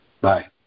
Bye